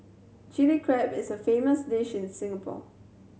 Chilli Crab is a famous dish in Singapore